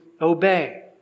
obey